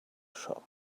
shop